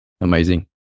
Amazing